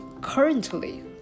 currently